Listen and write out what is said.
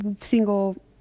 single